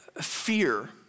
Fear